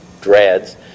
dreads